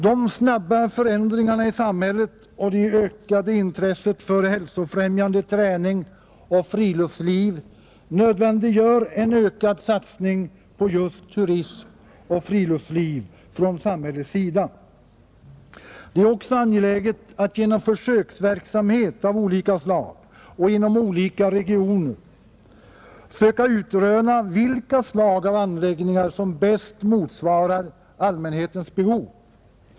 De snabba förändringarna i samhället och det ökade intresset för hälsofrämjande träning och friluftsliv nödvändiggör en ökad satsning på just turism och friluftsliv från samhällets sida. Det är också angeläget att genom försöksverksamhet av olika slag och inom olika regioner söka utröna vilka slag av anläggningar som bäst motsvarar allmänhetens behov.